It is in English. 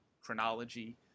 chronology